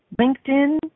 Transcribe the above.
LinkedIn